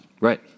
Right